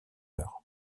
heures